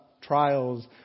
trials